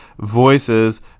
voices